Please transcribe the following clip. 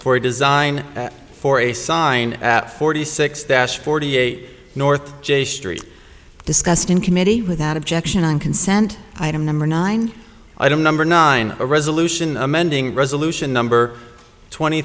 a design for a sign at forty six dash forty eight north j street discussed in committee without objection on consent item number nine i don't number nine a resolution amending resolution number twenty